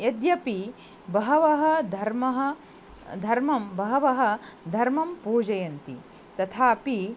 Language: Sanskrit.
यद्यपि बहवः धर्मः धर्मं बहवः धर्मं पूजयन्ति तथापि